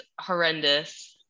horrendous